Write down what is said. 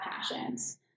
passions